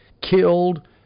killed